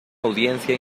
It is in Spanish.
audiencia